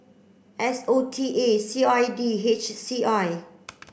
S O T A C I D H C I